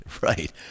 right